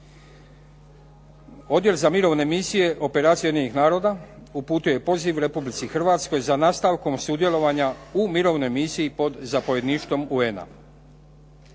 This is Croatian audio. Odjel za mirovne misije operacije Ujedinjenih naroda, uputio je poziv Republici Hrvatskoj za nastavkom sudjelovanja u mirovnoj misiji pod zapovjedništvom UN-a.